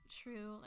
true